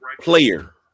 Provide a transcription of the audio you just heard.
player